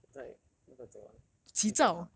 我在那个走廊遇到他